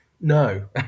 no